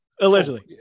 allegedly